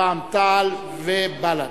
רע"ם-תע"ל ובל"ד.